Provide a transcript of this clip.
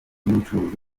y’ubucuruzi